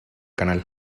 canal